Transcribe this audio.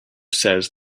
says